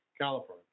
California